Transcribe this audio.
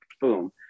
boom